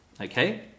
Okay